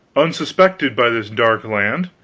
unsuspected by this dark land,